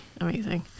Amazing